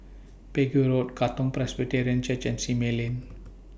Pegu Road Katong Presbyterian Church and Simei Lane